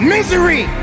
Misery